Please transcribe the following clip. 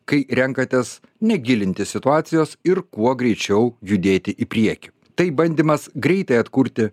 kai renkatės negilinti situacijos ir kuo greičiau judėti į priekį tai bandymas greitai atkurti